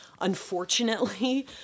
unfortunately